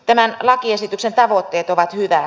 tämän lakiesityksen tavoitteet ovat hyvät